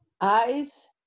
Eyes